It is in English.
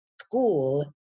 school